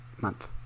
month